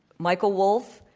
michael wolff,